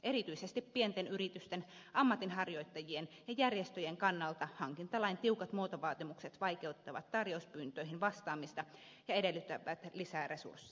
erityisesti pienten yritysten ammatinharjoittajien ja järjestöjen kannalta hankintalain tiukat muotovaatimukset vaikeuttavat tarjouspyyntöihin vastaamista ja edellyttävät lisää resursseja